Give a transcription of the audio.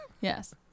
Yes